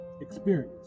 Experience